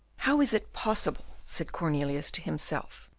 how is it possible, said cornelius to himself,